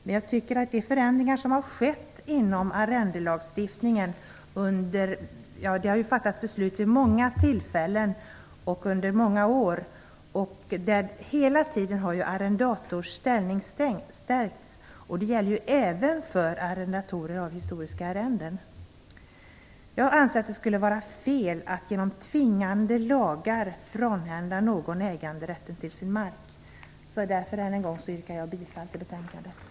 Men nu har det skett många förändringar inom arrendelagstiftningen vid många tillfällen och under många år, där hela tiden arrendators ställning stärkts. Det gäller även för innehavare av historiska arrenden. Jag anser att det skulle vara fel att genom tvingande lagar frånhända någon äganderätten till sin mark. Därför, än en gång, yrkar jag bifall till hemställan i betänkandet.